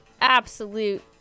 absolute